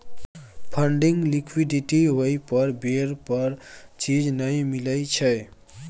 funding liquidity होइ पर बेर पर चीज नइ मिलइ छइ